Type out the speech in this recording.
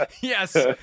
Yes